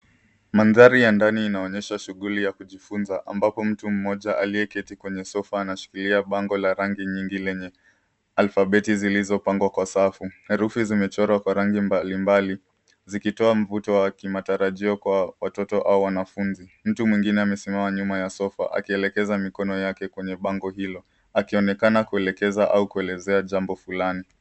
Mandhari ya ndani inaonyesha shuguli ya kujifunza ambapo mtu mmoja aliyeketi kwenye sofa anashikilia bango la rangi nyingi lenye alfabeti zilizopangwa kwa safu. Herufi zimechorwa kwa rangi mbalimbali zikitoa mvuto wa kimatarajio kwa watoto au wanafunzi. Mtu mwingine amesimama nyuma ya sofa akielekeza mkono wake kwenye bango hilo akionekana kuelekeza au kuelezea jambo fulani.